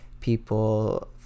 people